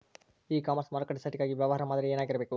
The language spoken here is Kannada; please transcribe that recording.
ಇ ಕಾಮರ್ಸ್ ಮಾರುಕಟ್ಟೆ ಸೈಟ್ ಗಾಗಿ ವ್ಯವಹಾರ ಮಾದರಿ ಏನಾಗಿರಬೇಕು?